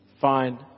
find